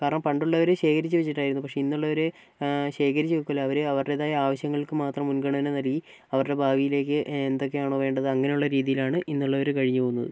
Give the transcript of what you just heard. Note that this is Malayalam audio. കാരണം പണ്ടുള്ളവര് ശേഖരിച്ച് വെച്ചിട്ടായിരുന്നു പക്ഷേ ഇന്നുള്ളവര് ശേഖരിച്ച് വെയ്ക്കൂല അവര് അവരുടേതായ ആവശ്യങ്ങൾക്ക് മാത്രം മുൻഗണന നൽകി അവരുടെ ഭാവിയിലേക്ക് എന്തൊക്കെയാണോ വേണ്ടത് അങ്ങനെയുള്ള രീതിയിലാണ് ഇന്നുള്ളവര് കഴിഞ്ഞു പോകുന്നത്